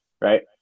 Right